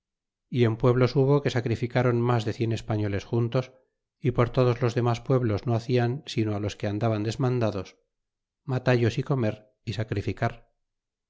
y en pueblos hubo que sacrificaron mas de cien españoles juntos y por todos los demas pueblos no hacian sino los que andaban desmandados matallos y comer y sacrificar